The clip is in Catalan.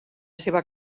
seva